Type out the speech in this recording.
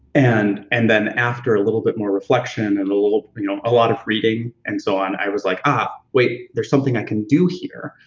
and and then after a little bit more reflection and a little. you know a lot of reading and so on, i was like, oh wait, there's something i can do here.